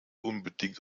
unbedingt